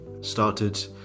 started